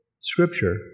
Scripture